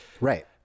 Right